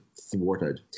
thwarted